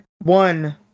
One